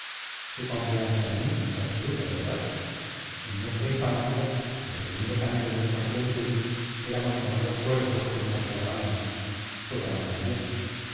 tu confianza en mí es absoluta verdad en nuestra infancia en los primeros años de nuestra juventud éramos como dos cuerpos con una sola alma pues ahora también